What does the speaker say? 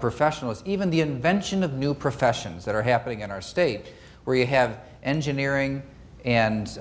professionals even the invention of new professions that are happening in our state where you have engineering and